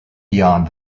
beyond